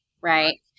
right